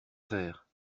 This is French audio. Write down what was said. faire